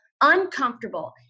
uncomfortable